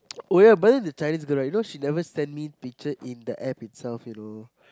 oh ya but then the Chinese girl right you know she never send me picture in the App itself you know